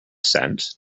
sense